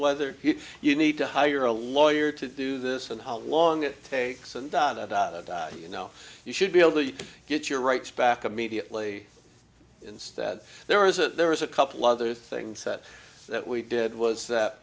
whether you need to hire a lawyer to do this and how long it takes and da da da da da you know you should be able to get your rights back immediately instead there is a there is a couple other things that that we did was